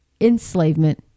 enslavement